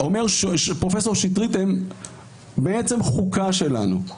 אומר שפרופ' שטרית הם בעצם חוקה שלנו.